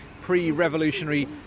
pre-revolutionary